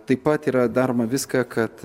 taip pat yra daroma viską kad